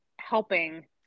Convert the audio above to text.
helping